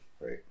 Right